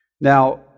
Now